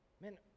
Man